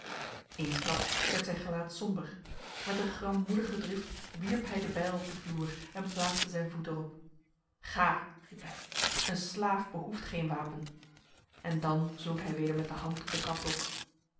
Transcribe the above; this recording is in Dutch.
eensklaps werd zijn gelaat somber met een grammoedige drift wierp hij de bijl op de vloer en plaatste zijn voet erop ga riep hij een slaaf behoeft geen wapen en dan zonk hij weder met de hand op de kapblok